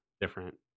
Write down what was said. different